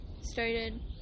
started